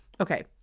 Okay